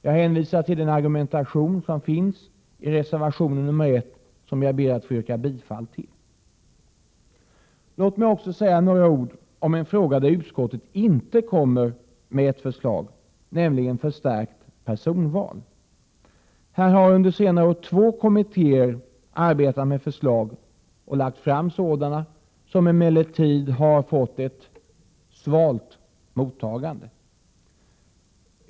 Jag hänvisar till den argumentation som finns i reservation 1, som jag ber att få yrka bifall till. Låt mig också säga några ord om en fråga där utskottet inte kommer med ett förslag, nämligen förstärkt personval. Här har under senare år två kommittéer arbetat med förslag och lagt fram sådana, som emellertid har fått ett svalt mottagande.